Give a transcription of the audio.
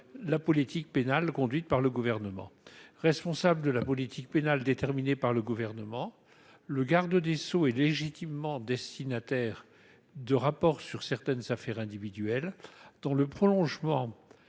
la politique pénale conduite par le Gouvernement. Responsable de la politique pénale déterminée par le Gouvernement, le garde des sceaux est légitimement destinataire de rapports sur certaines affaires individuelles. Dans le prolongement